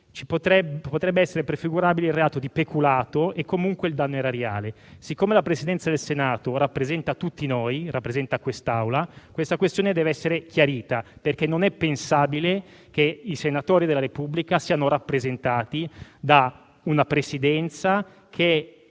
potrebbe essere prefigurabile il reato di peculato e comunque il danno erariale. Siccome la Presidenza del Senato rappresenta tutti noi, rappresenta quest'Assemblea, la questione deve essere chiarita, perché non è pensabile che i senatori della Repubblica siano rappresentati da una Presidenza che